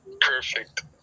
Perfect